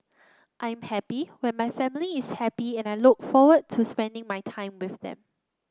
I am happy when my family is happy and I look forward to spending my time with them